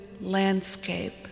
landscape